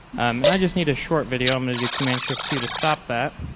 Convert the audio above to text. and i just need a short video. i'm gonna do command, shift, two to stop that.